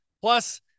plus